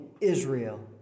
Israel